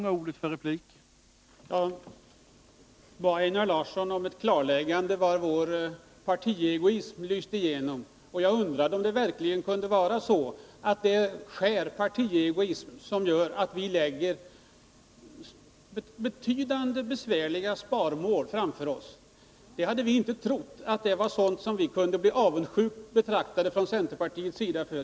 Herr talman! Jag bad Einar Larsson om ett klarläggande av var vår partiegoism lyste igenom. Jag undrar om skälet till denna beskyllning för partiegoism verkligen kan vara att vi lägger betydande, besvärliga sparmål framför oss. Vi hade inte trott att vi kunde bli föremål för centerpartiets avundsjuka för en sådan sak.